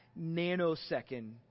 nanosecond